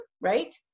right